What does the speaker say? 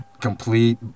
complete